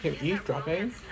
eavesdropping